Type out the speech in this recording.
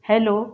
hello